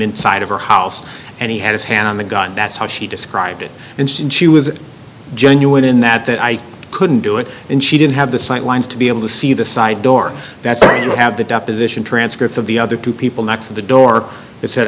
inside of her house and he had his hand on the gun that's how she described it interest and she was genuine in that that i couldn't do it and she didn't have the sight lines to be able to see the side door that's where you have the deposition transcripts of the other two people next to the door that said